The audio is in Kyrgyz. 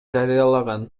жарыялаган